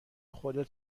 خودت